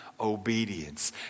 obedience